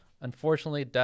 Unfortunately